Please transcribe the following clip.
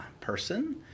person